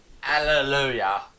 Hallelujah